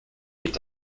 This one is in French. est